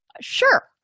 sure